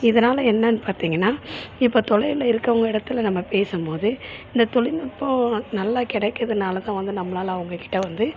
இதனால என்னென்று பார்த்தீங்கன்னா இப்போ தொலைவில் இருக்கறவங்க இடத்துல நம்ம பேசும்போது இந்த தொழில்நுட்பம் நல்லா கிடைக்கிறதுனால தான் வந்து நம்மளால அவங்க கிட்டே வந்து